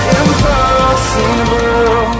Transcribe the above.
impossible